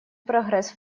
прогресс